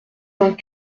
vingt